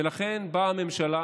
ולכן באה הממשלה